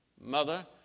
Mother